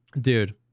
Dude